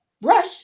brush